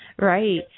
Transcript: Right